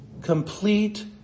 complete